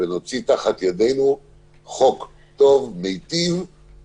ונוציא תחת ידינו חוק טוב ומיטיב,